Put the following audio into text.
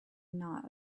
not